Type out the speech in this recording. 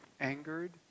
angered